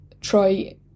try